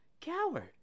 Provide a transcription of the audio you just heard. coward